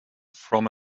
from